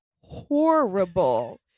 horrible